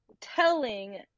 Telling